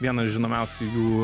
viena iš žinomiausių jų